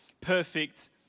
perfect